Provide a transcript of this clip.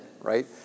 right